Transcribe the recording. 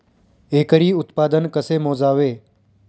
एकरी उत्पादन कसे मोजावे?